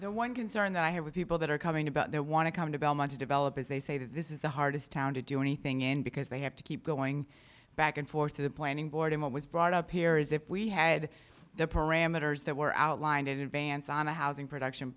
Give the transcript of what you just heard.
the one concern that i have with people that are coming about they want to come to belmont to develop is they say this is the hardest town to do anything in because they have to keep going back and forth to the planning board and what was brought up here is if we had the parameters that were outlined in advance on a housing production